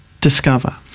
discover